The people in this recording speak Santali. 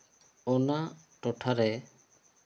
ᱚᱱᱟ ᱴᱚᱴᱷᱟᱨᱮ